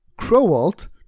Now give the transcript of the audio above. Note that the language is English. Crowalt